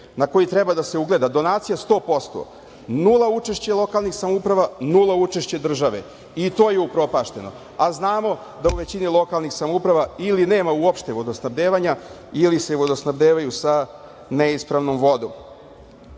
na koji treba da se ugleda, donacija 100%, nula učešća lokalnih samouprava, nula učešće države i to je upropašteno. Znamo da u većini lokalnih samouprava ili nema uopšte vodosnabdevanja ili se vodosnabdevaju sa neispravnom vodom. Šta